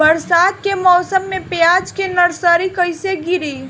बरसात के मौसम में प्याज के नर्सरी कैसे गिरी?